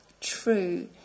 true